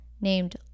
named